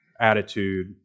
attitude